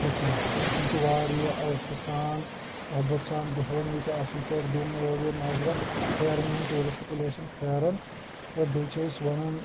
ہیٚچھان تِم چھِ واریاہ عزتہٕ سان صحبت سان بیٚہوان ییٚتہِ اصٕل پٲٹھۍ دوان اورٕ یور نظرہ پھیران یِمن ٹوٗرِسٹہٕ پلیسَن پھیران تہٕ بیٚیہِ چھِ أسۍ ونان